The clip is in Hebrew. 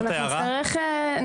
אז אנחנו נצטרך לדון על הנוסח.